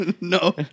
No